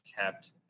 kept